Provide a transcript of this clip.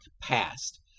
past